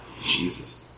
Jesus